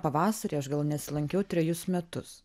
pavasary aš gal nesilankiau trejus metus